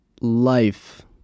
life